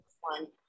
one